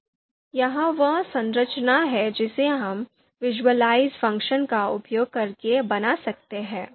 तो यह वह संरचना है जिसे हम विज़ुअलाइज़ फ़ंक्शन का उपयोग करके बना सकते हैं